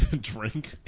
drink